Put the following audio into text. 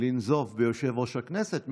לנזוף ביושב-ראש הכנסת.